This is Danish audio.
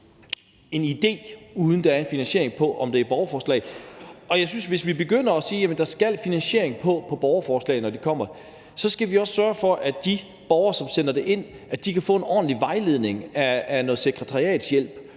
en idé, uden at der er en finansiering af det i et borgerforslag. Og jeg synes, at hvis vi begynder at sige, at der skal være en finansiering i et borgerforslag, når de bliver fremsat, så skal vi også sørge for, at de borgere, som sætter det ind, kan få en ordentlig vejledning i form af noget sekretariatshjælp